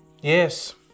yes